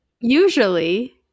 Usually